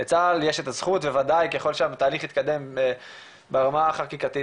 לצה"ל יש את הזכות וודאי ככל שהתהליך יתקדם ברמה החקיקתית